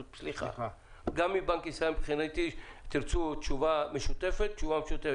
אם תרצו תשובה משותפת, תהיה תשובה משותפת.